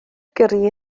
gyrru